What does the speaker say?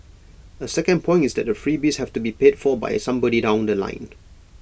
A second point is that the freebies have to be paid for by somebody down The Line